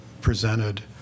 presented